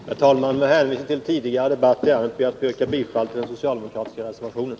Herr talman! Med hänvisning till tidigare debatt i ärendet ber jag att få yrka bifall till den socialdemokratiska reservationen.